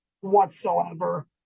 whatsoever